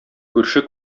күрше